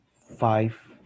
Five